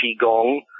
Qigong